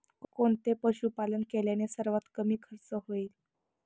कोणते पशुपालन केल्याने सर्वात कमी खर्च होईल?